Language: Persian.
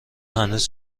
هنوز